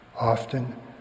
Often